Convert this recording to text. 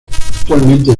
actualmente